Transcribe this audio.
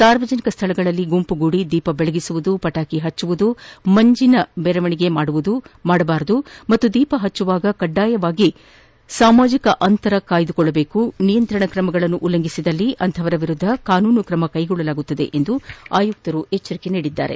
ಸಾರ್ವಜನಿಕ ಸ್ಥಳಗಳಲ್ಲಿ ಗುಂಪು ಸೇರಿ ದೀಪ ಬೆಳಗಿಸುವುದು ಪಟಾಕಿ ಹಚ್ಚುವುದು ಪಂಜಿನ ಮೆರವಣಿಗೆ ಮಾಡಬಾರದು ಮತ್ತು ದೀಪ ಹಚ್ಚುವಾಗ ಕಡ್ಡಾಯವಾಗಿ ಸಾಮಾಜಿಕ ಅಂತರ ಕಾಪಾಡಿಕೊಳ್ಳಬೇಕು ನಿಯಂತ್ರಣ ಕ್ರಮಗಳನ್ನು ಉಲ್ಲಂಘಿಸಿದಲ್ಲಿ ಅಂತಹವರ ವಿರುದ್ದ ಕಾನೂನು ಕ್ರಮ ಜರುಗಿಸುವುದಾಗಿ ಆಯುಕ್ತರು ಎಚ್ಚರಿಸಿದ್ದಾರೆ